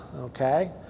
Okay